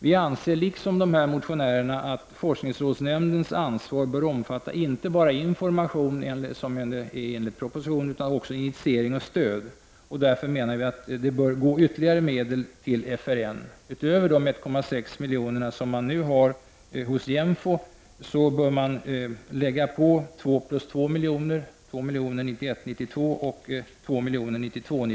Vi anser i likhet med dessa motionärer att forskningsrådsnämndens ansvar bör omfatta inte bara information utan också initiering och stöd. Därför bör ytterligare medel tillföras FRN. Utöver de 1,6 milj.kr. som nu finns hos JÄMFO bör 2 milj.kr. tillföras 1991 93.